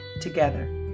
together